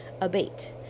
abate